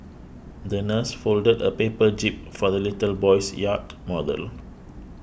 the nurse folded a paper jib for the little boy's yacht model